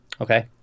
okay